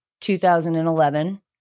2011